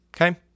okay